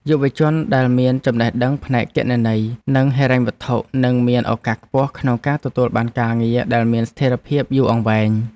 យុវជនដែលមានចំណេះដឹងផ្នែកគណនេយ្យ និងហិរញ្ញវត្ថុនឹងមានឱកាសខ្ពស់ក្នុងការទទួលបានការងារដែលមានស្ថិរភាពយូរអង្វែង។